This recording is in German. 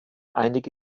einige